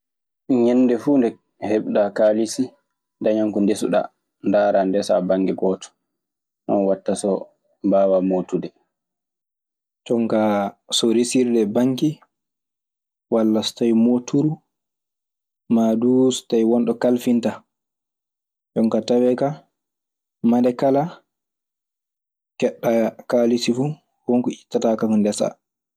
Ñennde fuu ne heɓɗaa kaalisi dadañan ko ndesuɗaa ndaara ndesaa ɓaŋŋe gooto ɗun waɗta so mbaawa mottude. Jon kaa so resirde banki walla so tawii mooturu maa duu so tawii wonɗo kalfintaa. Jon kaa tawee kaa mande kala keɓɗaa kaalisi fuu, won ko ittataa kam, ndesaa.